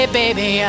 baby